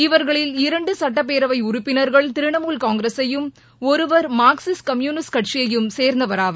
இவர்களில் இரண்டு சுட்டப் பேரவை உறுப்பினர்கள் திரிணாமுல் காங்கிரசையும் ஒருவர் மார்க்சிஸ்ட் கம்யூனிஸ்ட் கட்சியையும் சேர்ந்தவர் ஆவர்